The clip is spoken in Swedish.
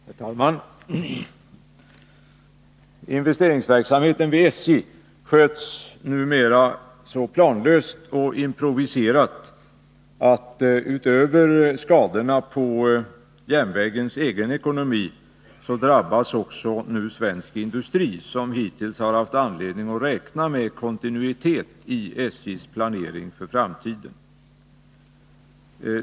Herr talman! Investeringsverksamheten vid SJ sköts numera så planlöst och improviserat att utöver skadorna på järnvägens egen ekonomi nu också svensk industri drabbas, som hittills har haft anledning att räkna med en kontinuitet i SJ:s planering för framtiden.